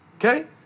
Okay